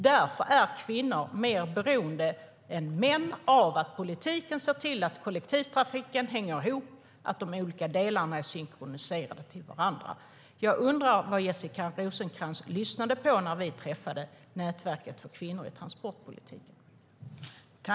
Därför är kvinnor mer beroende än män av att politiken ser till att kollektivtrafiken hänger ihop och att de olika delarna är synkroniserade med varandra.